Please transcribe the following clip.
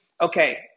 okay